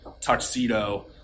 tuxedo